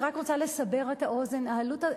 אני רק רוצה לסבר את האוזן: הצעת החוק הזאת,